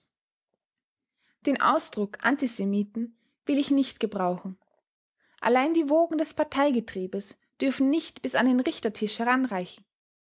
den ausdruck antisemiten will ich nicht gebrauchen allein die wogen des parteigetriebes dürfen nicht bis an den richtertisch heranreichen